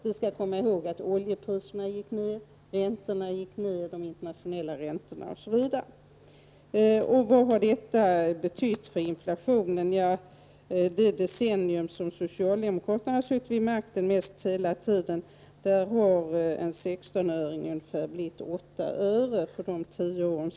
Vi skall komma ihåg att oljepriserna gick ned, att de internationella räntorna gick ned, osv. Vad har då detta betytt för inflationen? Under det decennium då socialdemokraterna mest hela tiden har suttit vid makten har en 16-öring blivit ungefär 8 öre.